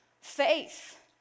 faith